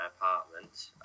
apartment